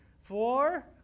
four